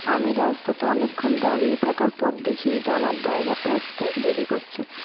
আমি রাস্তাতে অনেকক্ষণ দাঁড়িয়ে থাকার পর দেখি যে আমার ড্রাইভারটা আসতে দেরি করছে